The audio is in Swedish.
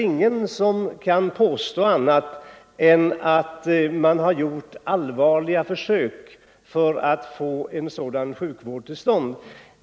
Ingen kan väl påstå annat än att man har gjort allvarliga försök att få en sådan sjukvård till stånd.